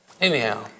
Anyhow